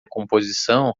composição